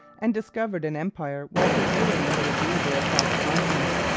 and discovered an empire while pursuing the little beaver across a continent,